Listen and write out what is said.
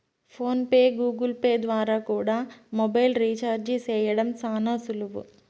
phone pay, Google Pay ద్వారా కూడా mobile recharge చేయడం శానా సులువు